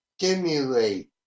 stimulate